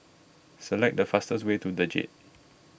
select the fastest way to the Jade